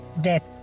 death